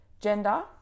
gender